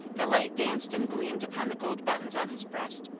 the light danced and gleamed upon the gold buttons on his breast,